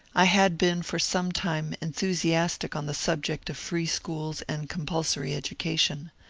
i had been for some time enthusiastic on the subject of free schools and compulsory education.